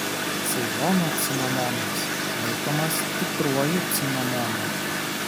ceilono cinamonas laikomas tikruoju cinamonu